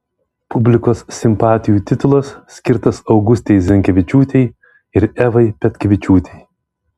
publikos simpatijų titulas skirtas augustei zinkevičiūtei ir evai petkevičiūtei